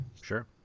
Sure